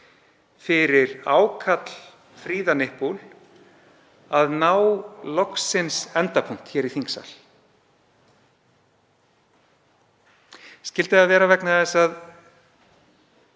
fyrir #freethenipple að ná loksins endapunkti hér í þingsal. Skyldi það vera vegna þess að